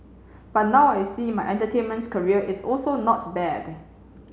but now I see my entertainments career is also not bad